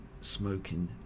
Smoking